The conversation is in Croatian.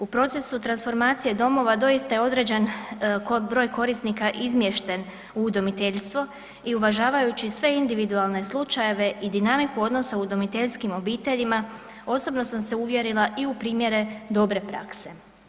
U procesu transformacije domova doista je određen broj korisnika izmješten u udomiteljstvo i uvažavajući sve individualne slučajeve i dinamiku odnosa u udomiteljskim obiteljima osobno sam se uvjerila i u primjere dobre prakse.